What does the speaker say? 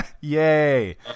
Yay